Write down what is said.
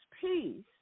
peace